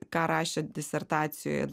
ką rašė disertacijoje